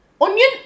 Onion